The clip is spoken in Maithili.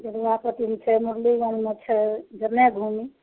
जरुआपतीमे छै मुरलीगञ्जमे छै जेने घूमी